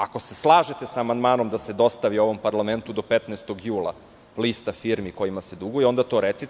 Ako se slažete sa amandmanom da se dostavi ovom parlamentu 15. jula lista firmi kojima se duguje, onda to recite.